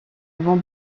vont